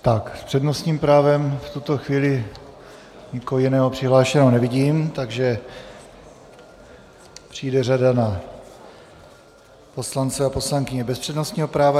S přednostním právem v tuto chvíli nikoho jiného přihlášeného nevidím, takže přijde řada na poslance a poslankyně bez přednostního práva.